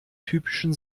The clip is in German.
typischen